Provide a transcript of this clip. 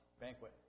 banquet